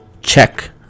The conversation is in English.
check